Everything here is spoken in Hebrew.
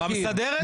הקיר.